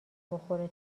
بخوره